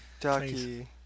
Ducky